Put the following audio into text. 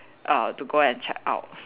uh to go and check out